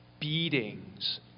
beatings